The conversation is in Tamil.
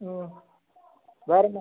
ம் வேறு மேம்